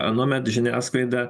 anuomet žiniasklaida